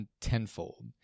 tenfold